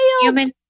Human